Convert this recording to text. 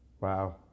Wow